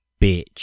Bitch